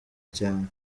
cyane